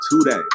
today